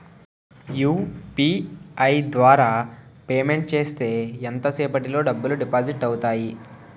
UPI ద్వారా payment చేస్తే ఎంత సేపటిలో డబ్బులు డిపాజిట్ అవుతాయి?